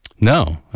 no